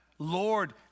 Lord